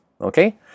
Okay